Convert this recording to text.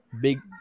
Big